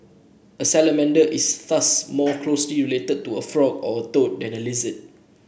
a salamander is thus more closely related to a frog or a toad than a lizard